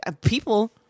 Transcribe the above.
people